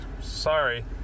Sorry